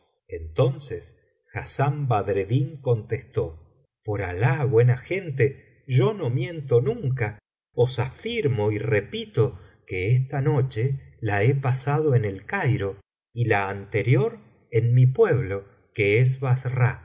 entonces hassán badreddin contestó por alah buena gente yo no miento nunca os afirmo y repito que esta noche la he pasado en el cairo y la anterior en mi pueblo que es bassra